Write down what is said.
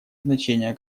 значение